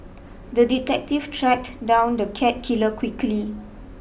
the detective tracked down the cat killer quickly